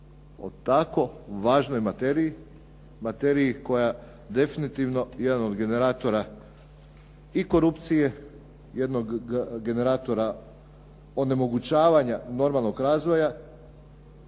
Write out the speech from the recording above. o tako važnoj materiji, materiji koja je definitivno jedan od generatora i korupcije, jednog generatora onemogućavanja normalnog razvoja